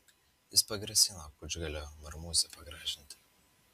jis pagrasino kučgalio marmūzę pagražinti